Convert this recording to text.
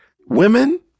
women